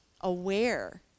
aware